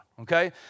Okay